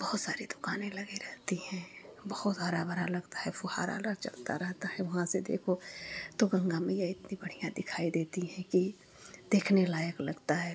बहुत सारी दुकानें लगी रहती हैं बहुत हरा भरा लगता है फव्वारा चलता रहता है वहाँ से देखो तो गंगा मैया इतनी बढ़िया दिखाई देती हैं कि देखने लायक लगता है